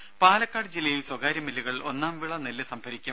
ടെട്ട പാലക്കാട് ജില്ലയിൽ സ്വകാര്യ മില്ലുകൾ ഒന്നാം വിള നെല്ല് സംഭരിക്കും